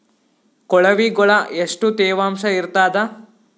ಕೊಳವಿಗೊಳ ಎಷ್ಟು ತೇವಾಂಶ ಇರ್ತಾದ?